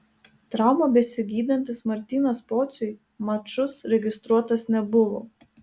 traumą besigydantis martynas pociui mačus registruotas nebuvo